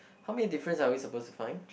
how many difference are we supposed to find